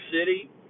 City